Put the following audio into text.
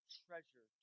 treasure